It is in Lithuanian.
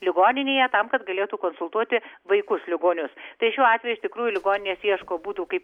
ligoninėje tam kad galėtų konsultuoti vaikus ligonius tai šiuo atveju iš tikrųjų ligoninės ieško būdų kaip